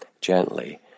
gently